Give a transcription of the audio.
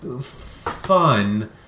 fun